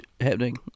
happening